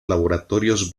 laboratorios